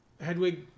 Hedwig